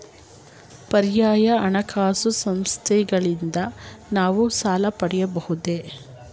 ಪರ್ಯಾಯ ಹಣಕಾಸು ಸಂಸ್ಥೆಗಳಿಂದ ನಾವು ಸಾಲ ಪಡೆಯಬಹುದೇ?